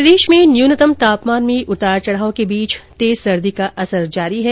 प्रदेश में न्यूनतम तापमान में उतार चढ़ाव के बीच तेज सर्दी का असर जारी है